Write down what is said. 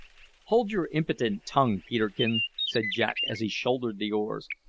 hold your impudent tongue, peterkin! said jack as he shouldered the oars.